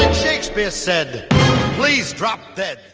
shakespeare said please drop dead.